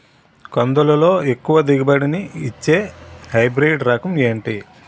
కందుల లో ఎక్కువ దిగుబడి ని ఇచ్చే హైబ్రిడ్ రకం ఏంటి?